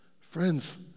Friends